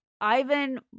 Ivan